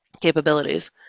capabilities